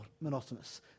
monotonous